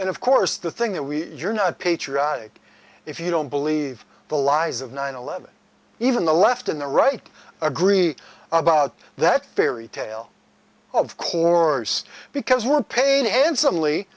and of course the thing that we are not patriotic if you don't believe the lies of nine eleven even the left and the right agree about that fairy tale of course because we're paying and suddenly